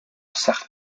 certes